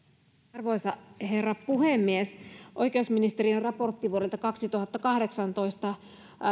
arvoisa herra puhemies oikeusministeriön raportti vuodelta kaksituhattakahdeksantoista